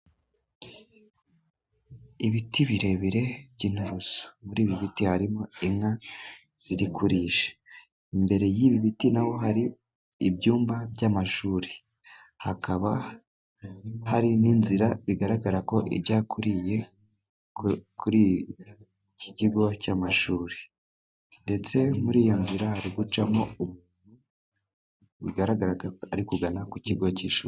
Ibiti birebire by'inturusu. Muri ibi biti harimo inka ziri kurisha. Imbere y'ibi biti na ho hari ibyumba by'amashuri. Hakaba hari n'inzira bigaragara ko ijya kuri iki kigo cy'amashuri, ndetse muri iyo nzira hari gucamo umuntu bigaraga ko ari kugana ku kigo cy'ishuri.